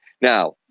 now